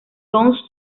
dong